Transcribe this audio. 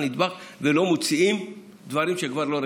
נדבך ולא מוציאים דברים שכבר לא רלוונטיים.